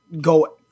go